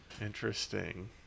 Interesting